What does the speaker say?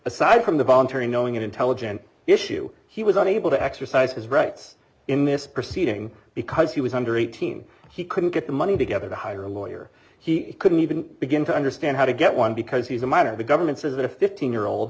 aside from the voluntary knowing intelligent issue he was not able to exercise his rights in this proceeding because he was under eighteen he couldn't get the money together to hire a lawyer he couldn't even begin to understand how to get one because he's a minor the government says that a fifteen year old